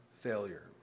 failure